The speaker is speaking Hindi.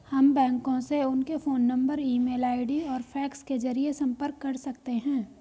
हम बैंकों से उनके phone number email ID और फैक्स के जरिए संपर्क कर सकते हैं